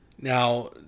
Now